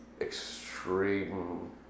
extreme